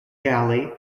galley